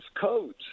codes